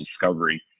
discovery